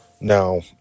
Now